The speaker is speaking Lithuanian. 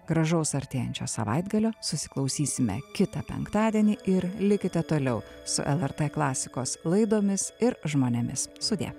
gražaus artėjančio savaitgalio susiklausysime kitą penktadienį ir likite toliau su lrt klasikos laidomis ir žmonėmis sudie